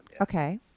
Okay